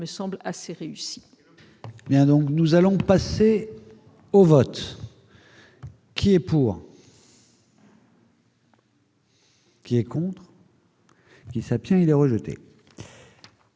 semble assez réussi.